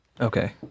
Okay